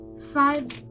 five